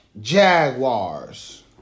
Jaguars